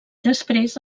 després